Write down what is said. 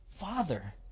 Father